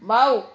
wow